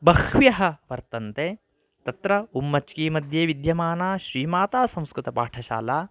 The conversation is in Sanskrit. बह्व्यः वर्तन्ते तत्र उम्मच्गिमद्ये विद्यमाना श्रीमातासंस्कृतपाठशाला